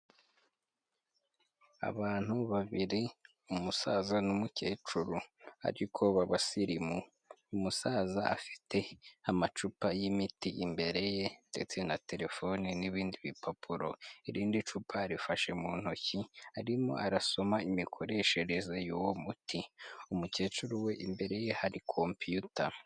Abantu babiri umusaza n'umukecuru ariko b'abasirimu, umusaza afite amacupa y'imiti imbere ye ndetse na terefone n'ibindi bipapuro, irindi cupa rifashe mu ntoki arimo arasoma imikoresherereza y'uwo muti, umukecuru we imbere ye hari kompiyuta.